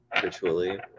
virtually